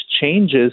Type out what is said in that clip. changes